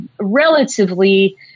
relatively